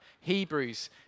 Hebrews